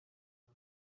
کنم